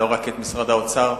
לא רק את משרד האוצר,